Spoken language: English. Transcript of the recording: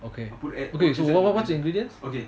I put add okay